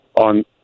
on